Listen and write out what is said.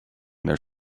their